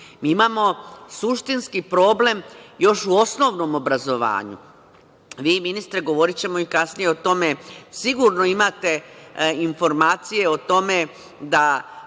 Mi imamo suštinski problem još u osnovnom obrazovanju. Vi, ministre, govorićemo i kasnije o tome, sigurno imate informacije o tome da